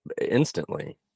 instantly